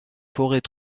forêts